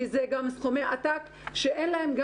כי זה גם סכומי עתק שאין להם,